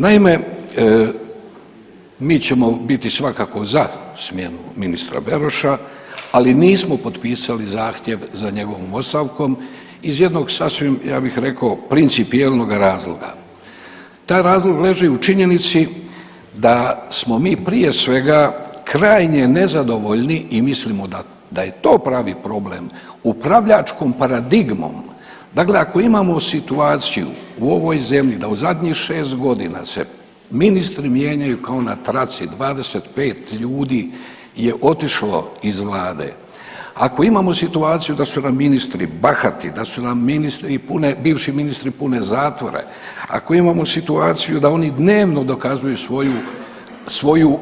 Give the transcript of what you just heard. Naime, mi ćemo biti svakako za smjenu ministra Beroša, ali nismo potpisali zahtjev za njegovom ostavkom iz jednog sasvim ja bih rekao principijelnoga razloga, taj razlog leži u činjenici da smo mi prije svega krajnje nezadovoljni i mislimo da je to pravi problem, upravljačkom paradigmom, dakle ako imamo situaciju u ovoj zemlji da u zadnjih 6.g. se ministri mijenjaju kao na traci, 25 ljudi je otišlo iz vlade, ako imamo situaciju da su nam ministri bahati, da su nam ministri i pune, bivši ministri pune zatvore, ako imamo situaciju da oni dnevno dokazuju svoju, svoju